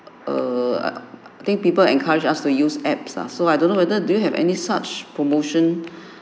err I think people encouraged us to use apps ah so I don't know whether do you have any such promotion